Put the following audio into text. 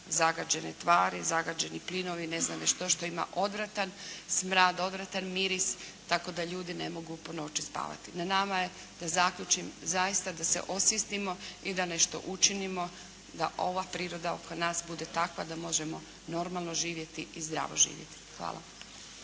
zagađene tvari, zagađeni plinovi i ne znam već, to što ima odvratan smrad, odvratan miris tako da ljudi ne mogu po noći spavati. Na nama je da zaključim zaista da se osvijestimo i da nešto učinimo da ova priroda oko nas bude takva da možemo normalno živjeti i zdravo živjeti. Hvala.